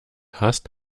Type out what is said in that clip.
hast